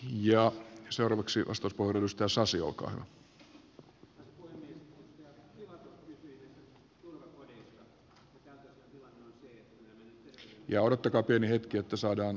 ja seuraavaksi vasta niin toki meillä on mahdollisuus lisätalousarviossa korjata tilannetta